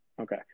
Okay